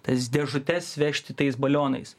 tas dėžutes vežti tais balionais